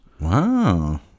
Wow